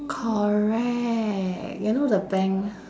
correct you know the bank